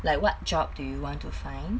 like what job do you want to find